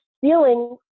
feeling